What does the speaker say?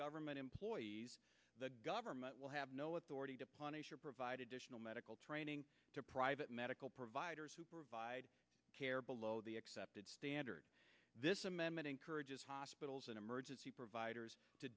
government employees the government will have no authority to punish or provide additional medical training to private medical providers who provide care below the accepted standard this amendment encourages hospitals and emergency providers to